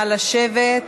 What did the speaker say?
נא לשבת.